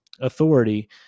authority